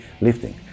lifting